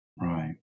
Right